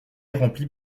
remplit